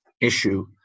issue